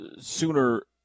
Sooner